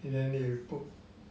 then we put